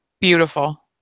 beautiful